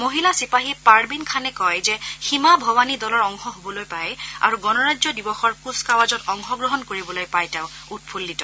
মহিলা চিপাহী পাৰবীন খানে কয় যে সীমা ভৱানী দলৰ অংশ হ'বলৈ পায় আৰু গণৰাজ্য দিৱসৰ কুচকাৱাজত অংশগ্ৰহণ কৰিবলৈ পাই তেওঁ উৎফুল্নিত